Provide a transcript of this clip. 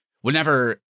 whenever